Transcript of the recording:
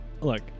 look